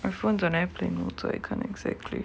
my phone is on airplane mode so I can't exactly